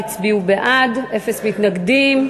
14 הצביעו בעד, אפס מתנגדים.